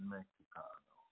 Mexicano